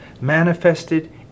manifested